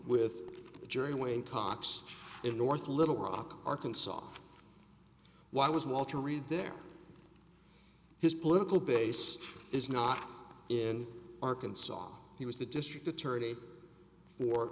with the jury way in cox in north little rock arkansas why was walter reed there his political base is not in arkansas he was the district attorney for